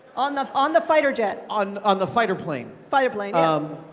on the on the fighter jet? on on the fighter plane. fighter plane, um